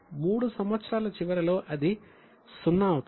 మూడు సంవత్సరాల చివరిలో అది 0 అవుతుంది